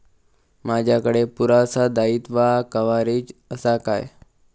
माजाकडे पुरासा दाईत्वा कव्हारेज असा काय?